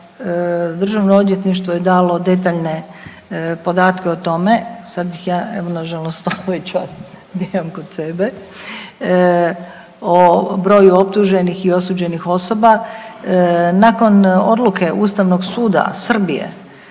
Dana Vukovara DORH je dalo detaljne podatke, sad ih ja evo nažalost ovaj čas nemam kod sebe o broju optuženih i osuđenih osoba. Nakon odluke Ustavnog suda Srbije